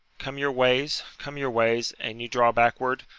come your ways, come your ways an you draw backward,